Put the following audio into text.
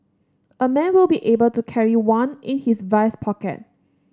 a man will be able to carry one in his vest pocket